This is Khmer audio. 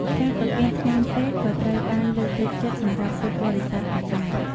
ការប្រគេនថ្នាំពេទ្យក៏ត្រូវបានលើកទឹកចិត្តសម្រាប់ពុទ្ធបរិសាទផងដែរ។